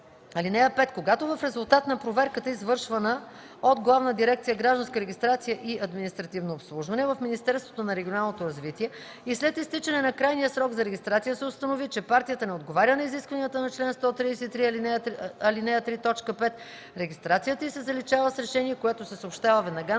т. 6. (5) Когато в резултат на проверката, извършвана от Главна дирекция „Гражданска регистрация и административно обслужване” в Министерството на регионалното развитие, и след изтичане на крайния срок за регистрация се установи, че коалицията не отговаря на изискванията на чл. 140, ал. 3, т. 6, регистрацията й се заличава с решение, което се съобщава веднага